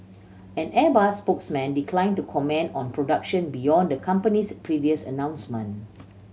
an Airbus spokesman declined to comment on production beyond the company's previous announcements